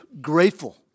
grateful